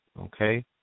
Okay